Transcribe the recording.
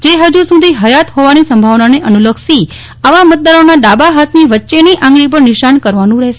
જે ફજુ સુધી ફયાત ફોવાથી સત્તભાવનાને અનુલક્ષી આવા મતદારોના ડાબા હાથની વચ્ચેનીઆંગળી પર નિશાન કરવાનું રહેશે